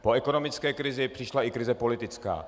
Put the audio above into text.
Po ekonomické krizi přišla i krize politická.